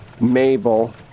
Mabel